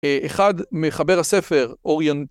אה אחד מחבר הספר, אוריאנד...